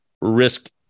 risk